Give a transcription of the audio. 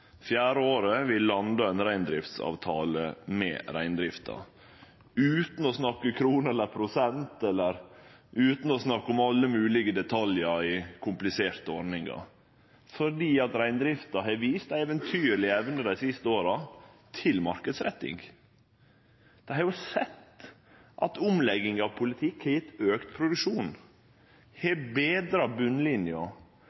fjerde året vi landar ein reindriftsavtale med reindrifta utan å snakke om kroner eller prosent eller om alle moglege detaljar i kompliserte ordningar, fordi reindrifta har vist ei eventyrleg evne dei siste åra til marknadsretting. Dei har jo sett at omlegging av politikk har gjeve auka produksjon,